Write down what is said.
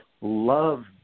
love